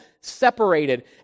separated